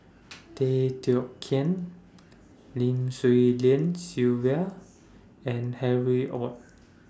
Tay Teow Kiat Lim Swee Lian Sylvia and Harry ORD